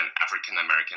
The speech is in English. African-American